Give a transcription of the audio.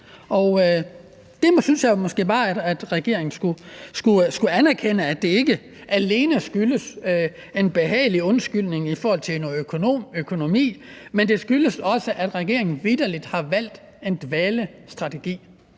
Der synes jeg jo måske bare, at regeringen skulle anerkende, at det ikke alene skyldes en behagelig undskyldning i forhold til noget økonomi, men at det også skyldes, at regeringen vitterlig har valgt en dvalestrategi,